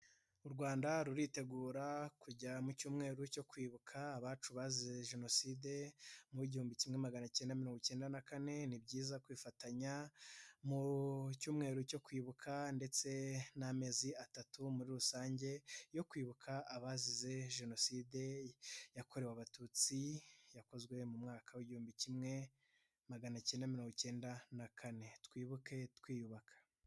U Rwanda ruritegura kujya mu cyumweru cyo kwibuka abacu bazize Jenoside muw'igihumbi kimwe maganakenda mirongo kenda na kane; ni byiza kwifatanya mu cyumweru cyo kwibuka ndetse n'amezi atatu muri rusange yo kwibuka abazize Jenoside yakorewe Abatutsi yakozwe mu mwaka w'igihumbi kimwe maganakenda mirongokenda na kane, twibuke twiyubaka.